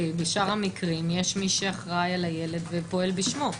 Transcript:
כי בשאר המקרים יש מי שאחראי על הילד ופועל בשמו.